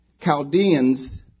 Chaldeans